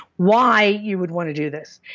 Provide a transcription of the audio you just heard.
why you would want to do this.